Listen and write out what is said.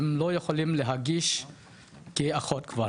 הם לא יכולים להגיש כאחות כבר.